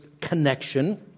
connection